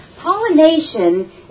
Pollination